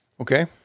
Okay